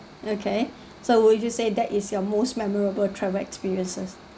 okay so would you say that is your most memorable travel experiences